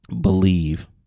believe